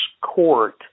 Court